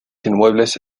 inmuebles